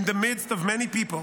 in the midst of many peoples,